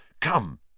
Come